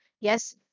Yes